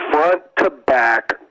front-to-back